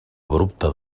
abrupte